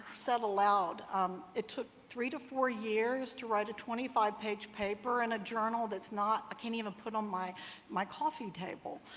said aloud um it took three to four years to write a twenty five page paper in a journal that's not i can't even put on my my coffee table